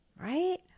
Right